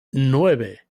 nueve